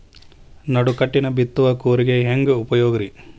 ನಡುಕಟ್ಟಿನ ಬಿತ್ತುವ ಕೂರಿಗೆ ಹೆಂಗ್ ಉಪಯೋಗ ರಿ?